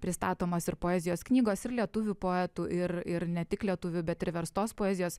pristatomos ir poezijos knygos ir lietuvių poetų ir ir ne tik lietuvių bet ir verstos poezijos